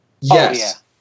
Yes